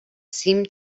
seemed